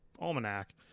Almanac